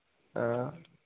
ꯑꯥ